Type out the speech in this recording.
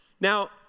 Now